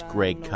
Greg